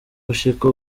gushika